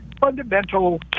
fundamental